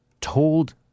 told